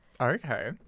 Okay